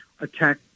attack